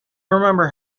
remember